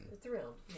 thrilled